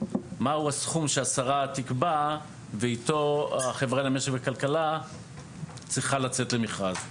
מהו הסכום שהשרה תקבע ואיתו החברה למשק וכלכלה צריכה לצאת למכרז.